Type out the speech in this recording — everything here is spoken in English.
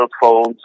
phones